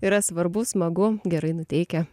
yra svarbu smagu gerai nuteikia